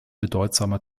bedeutsamer